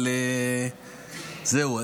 זהו.